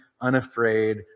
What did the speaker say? unafraid